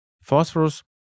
phosphorus